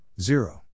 Zero